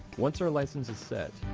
once our license is set,